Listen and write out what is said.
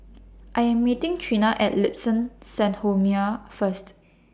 I Am meeting Treena At Liuxun Sanhemiao First